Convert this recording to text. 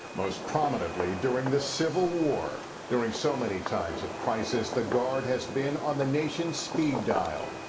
most prominently during the civil war. during so many times of crisis, the guard has been on the nation's speed dial.